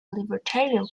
libertarian